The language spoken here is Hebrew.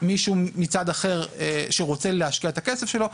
מישהו מצד אחר שרוצה להשקיע את הכסף שלו,